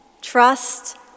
Trust